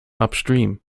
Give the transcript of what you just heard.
upstream